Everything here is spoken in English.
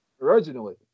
originally